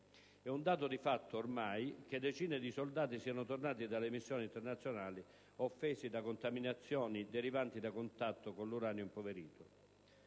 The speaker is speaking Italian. È un dato di fatto ormai che decine di soldati siano tornati dalle missioni internazionali offesi da contaminazioni derivanti da contatto con l'uranio impoverito.